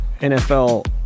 NFL